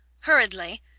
hurriedly